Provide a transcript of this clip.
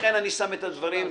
לכן אני שם את הדברים כאן,